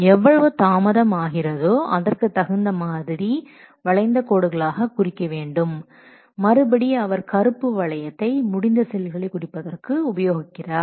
எவ்வளவு தாமதம் ஆகிறதோ அதற்கு தகுந்த மாதிரி வளைந்த கோடுகளாக குறிக்க வேண்டும் மறுபடி அவர் கறுப்பு வளையத்தை முடிந்த செயல்களை குறிப்பதற்கு உபயோகிக்கிறார்